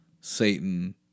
Satan